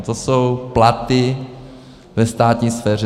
To jsou platy ve státní sféře.